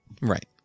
Right